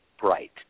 bright